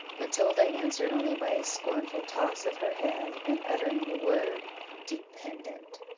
matilda answered only by a scornful toss of her head, and uttering the word dependent!